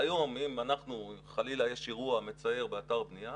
היום, אם חלילה יש אירוע מצער באתר בנייה